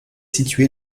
situé